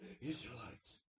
Israelites